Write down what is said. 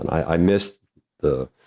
and i missed the,